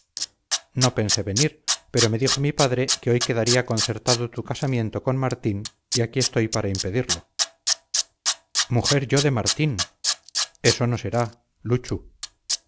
no pensé venir pero me dijo mi padre que hoy quedaría concertado tu casamiento con martín y aquí estoy para impedirlo mujer yo de martín eso no será luchu